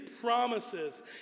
promises